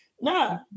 No